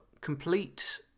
complete